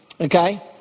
Okay